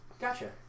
Gotcha